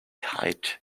height